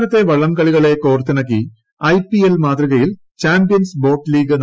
സംസ്ഥാനത്തെ വള്ളംകളികളെ കോർത്തിണക്കി മാതൃകയിൽ ചാമ്പ്യൻസ് ബോട്ട് ലീഗ് ഐ